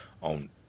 on